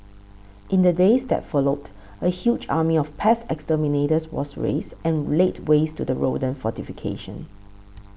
in the days that followed a huge army of pest exterminators was raised and laid waste to the rodent fortification